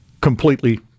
completely